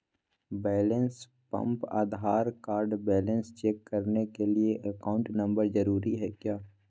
Balance pump Aadhaar card balance check करने के लिए अकाउंट नंबर जरूरी है क्या?